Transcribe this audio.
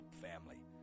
family